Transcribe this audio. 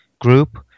group